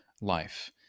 life